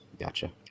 gotcha